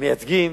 מייצגים,